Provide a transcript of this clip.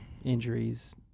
injuries